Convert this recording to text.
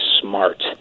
smart